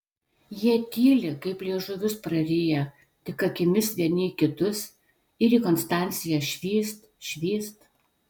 jie tyli kaip liežuvius prariję tik akimis vieni į kitus ir į konstanciją švyst švyst